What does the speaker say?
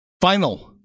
final